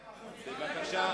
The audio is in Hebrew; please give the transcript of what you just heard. בבקשה.